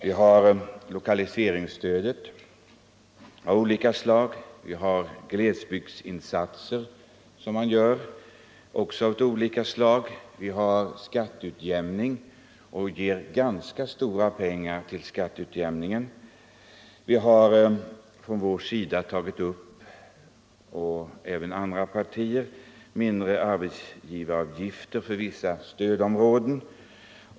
Vi har lokaliseringsstöd av skilda slag, vi gör glesbygdsinsatser, vi ger ganska stora pengar till skatteutjämning. Vårt parti, och även andra partier, har föreslagit mindre arbetsgivaravgifter för vissa stödområden.